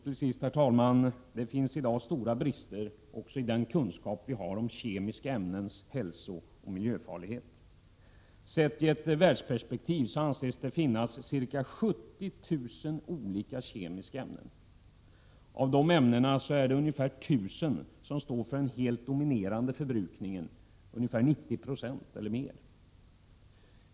Till sist, herr talman: Det finns i dag stora brister också i den kunskap vi har om de kemiska ämnenas hälsooch miljöfarlighet. Sett i ett världsperspektiv anses det finnas ca 70 000 olika kemiska ämnen. Av dem står ungefär 1 000 för den helt dominerande förbrukningen, ca 90 96 eller mer.